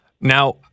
Now